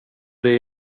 det